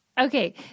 Okay